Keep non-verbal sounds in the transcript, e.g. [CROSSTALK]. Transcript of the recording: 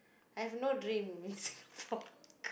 I have no dream in Singapore [LAUGHS]